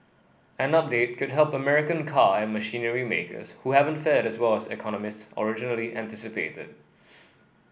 an update could help American car and machinery makers who haven't fared as well as economists originally anticipated